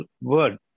word